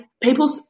people